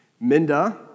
Minda